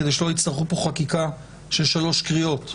כדי שלא יצטרכו פה חקיקה של שלוש קריאות.